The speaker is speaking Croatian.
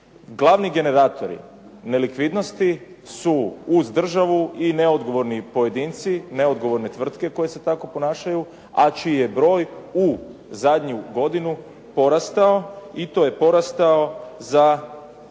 Glavni generatori nelikvidnosti su uz državu i neodgovorni pojedinci, neodgovorne tvrtke koje se tako ponašaju a čiji je broj zadnju godinu porastao i to je porastao za, znači broj